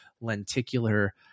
lenticular